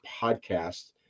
podcast